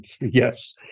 Yes